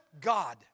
God